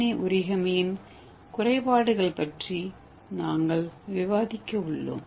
ஏ ஓரிகமியின் குறைபாடுகள் பற்றி நாங்கள் விவாதிக்க உள்ளோம்